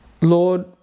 Lord